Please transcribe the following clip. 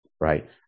right